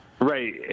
Right